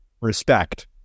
respect